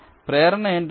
కాబట్టి ప్రేరణ ఏమిటి